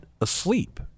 asleep